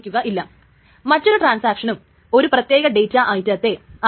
കാരണം ആദ്യം തുടങ്ങുന്ന ട്രാൻസാക്ഷനിനാണ് പ്രാധാന്യം കൂടുതൽ